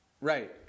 Right